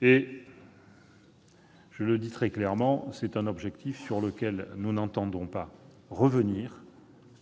Je le dis très clairement, c'est un objectif sur lequel nous n'entendons pas revenir.